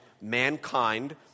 Mankind